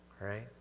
right